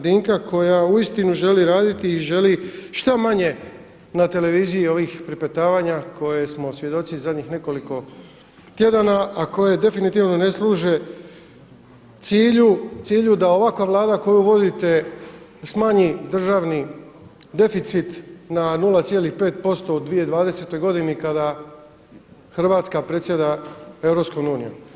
Dinka koja uistinu želi raditi i želi šta manje na televiziji ovih pripetavanja koje smo svjedoci zadnjih nekoliko tjedana a koje definitivno ne služe cilju, cilju da ovakva Vlada koju vodite smanji državni deficit na 0,5% u 2020. godini kada Hrvatska predsjeda EU.